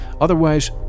Otherwise